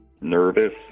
nervous